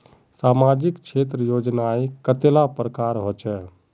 सामाजिक क्षेत्र योजनाएँ कतेला प्रकारेर होचे?